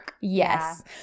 Yes